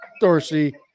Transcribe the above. Dorsey